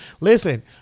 listen